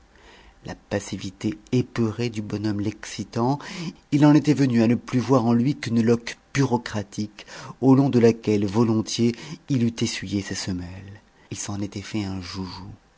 la passivité épeurée du bonhomme l'excitant il en était venu à ne plus voir en lui qu'une loque bureaucratique au long de laquelle volontiers il eût essuyé ses semelles il s'en était fait un joujou